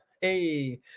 Hey